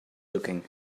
looking